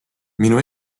minu